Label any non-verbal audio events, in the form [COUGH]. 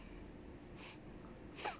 [NOISE]